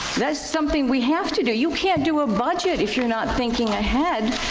that's something we have to do. you can't do a budget if you're not thinking ahead.